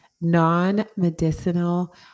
non-medicinal